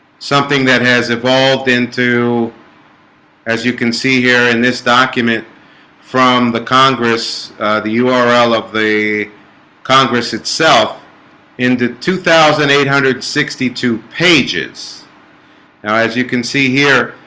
something that has evolved into as you can see here in this document from the congress the ah url of the congress itself into two thousand eight hundred sixty two pages now as you can see here.